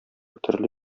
төрле